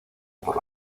por